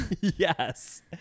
yes